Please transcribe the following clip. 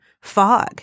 fog